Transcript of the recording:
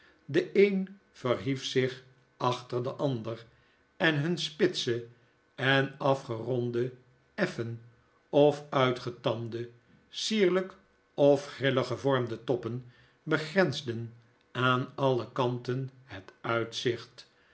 de een verhief zich achter den andere en nun spitse of afgeronde effen of uitgetande sierlijk of grillig gevormde toppen begrensden aan alle kanten het uitzicht